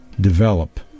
develop